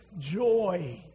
joy